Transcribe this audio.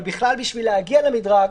אבל בשביל להגיע למדרג,